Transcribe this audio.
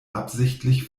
absichtlich